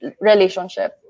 relationship